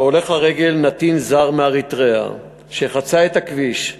הולך הרגל, נתין זר מאריתריאה שחצה את הכביש,